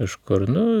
kažkur nu